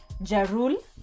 Jarul